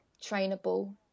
trainable